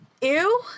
ew